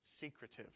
secretive